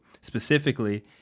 Specifically